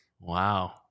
Wow